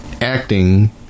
acting